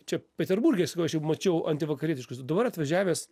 čia peterburge sakau aš jau mačiau antivakarietiškus dabar atvažiavęs